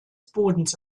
bodens